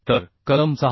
तर कलम 6